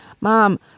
Mom